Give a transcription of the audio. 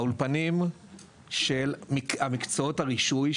באולפנים של המקצועות הרישוי,